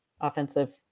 offensive